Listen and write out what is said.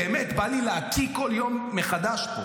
באמת בא לי להקיא כל יום מחדש פה.